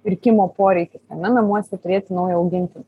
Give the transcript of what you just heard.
pirkimo poreikis ane namuose turėti naują auginti